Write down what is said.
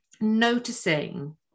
noticing